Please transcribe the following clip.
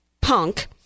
punk